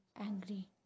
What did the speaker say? angry